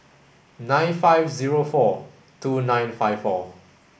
nine five zero four two nine five four